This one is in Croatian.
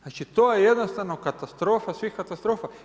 Znači to je jednostavno katastrofa svih katastrofa.